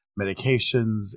medications